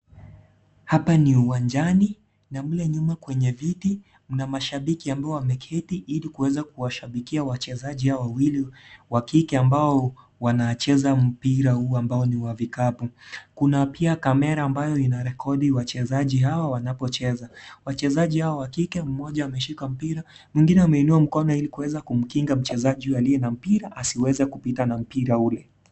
Hapa ni uwanjani na mle nyuma kwenye viti mna mashabiki ambao wameketi ili kuweza kuwashabikia wachezaji hawa wawili wa kike ambao wanacheza mpira huu ambao ni wa vikapu, kuna pia kamera ambayo inarekodi wachezaji hawa wanapocheza wachezaji hawa wa kike mmoja ameshika mpira mwingine ameinua mkono ili kuweza kumkinga mchezaji aliye na mpira asiweze kupita na mpira ule.